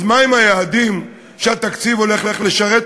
אז מה הם היעדים שהתקציב הולך לשרת?